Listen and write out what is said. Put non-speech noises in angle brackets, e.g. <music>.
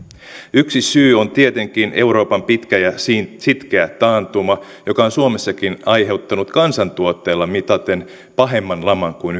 yksi syy on tietenkin euroopan pitkä ja sitkeä taantuma joka on suomessakin aiheuttanut kansantuotteella mitaten pahemman laman kuin <unintelligible>